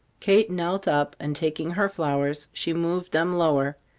kate knelt up and taking her flowers, she moved them lower,